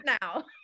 now